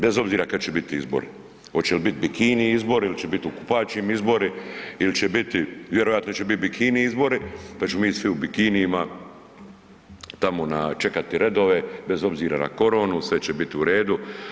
Bez obzira kad će biti izbori, hoće li biti bikini izbori ili će biti u kupaćim izbori ili će biti, vjerojatno će biti bikini izbori, pa ćemo mi svi u bikinijima tamo na, čekati redove, bez obzira na koronu, sve će biti u redu.